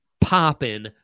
popping